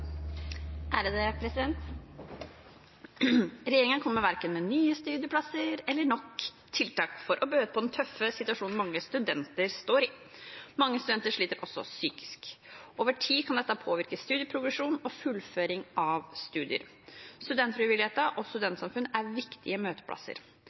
er naturleg, i alle fall i ein startfase, og så vil det bli vurdert for kvart anbod som kjem ut. «Regjeringen kommer verken med nye studieplasser eller store nok tiltak for å bøte på den tøffe situasjonen mange studenter står i. Mange studenter sliter psykisk. Over tid kan dette